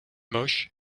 hamoche